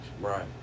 Right